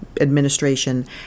administration